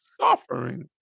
suffering